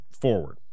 forward